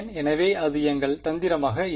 எனவே அது எங்கள் தந்திரமாக இருக்கும்